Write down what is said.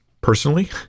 Personally